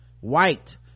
white